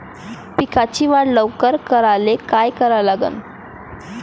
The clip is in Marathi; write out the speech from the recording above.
पिकाची वाढ लवकर करायले काय करा लागन?